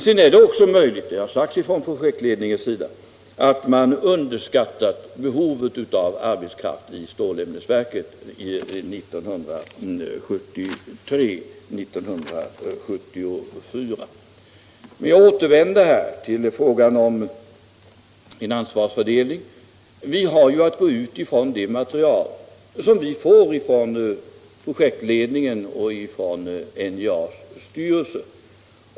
Sedan är det också möjligt — det har sagts från projektledningens sida — att man år 1973 och 1974 underskattade behovet av arbetskraft i stålämnesverket. Jag återvänder till frågan om ansvarsfördelningen. Vi har att utgå ifrån det material som vi får från projektledningen och från NJA:s styrelse.